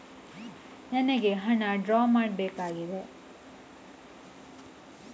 ನನಿಗೆ ಹಣ ಡ್ರಾ ಮಾಡ್ಬೇಕಾಗಿದೆ